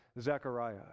Zechariah